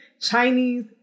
Chinese